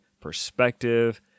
perspective